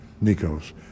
Nico's